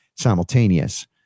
Simultaneous